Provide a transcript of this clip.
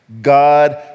God